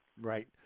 right